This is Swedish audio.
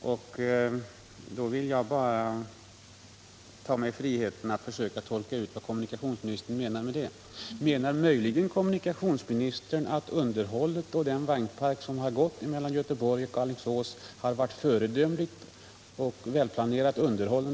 kommunikationsministern. Då vill jag bara ta mig friheten att försöka tolka ut vad kommunikationsministern menar med det. Menar kommunikationsministern möjligen att den vagnpark som används på sträckan Göteborg-Alingsås har varit föredömligt och välplanerat underhållen?